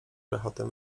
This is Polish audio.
rechotem